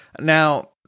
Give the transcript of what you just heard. Now